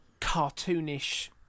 cartoonish